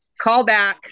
Callback